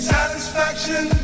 Satisfaction